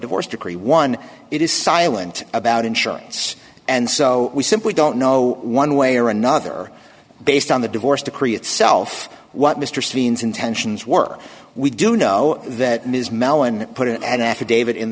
divorce decree one it is silent about insurance and so we simply don't know one way or another based on the divorce decree itself what mr scene's intentions were we do know that ms mellon put in an affidavit in